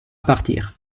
partir